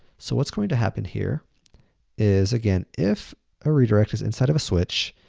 so what's going to happen here is, again, if a redirect is inside of a switch,